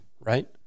right